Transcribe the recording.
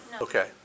Okay